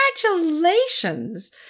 Congratulations